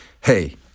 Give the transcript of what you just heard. Hey